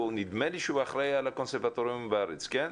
נדמה לי שהוא אחראי על הקונסרבטוריונים בארץ כן?